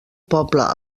poble